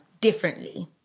differently